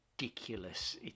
ridiculous